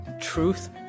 truth